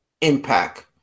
Impact